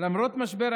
הדבר נבע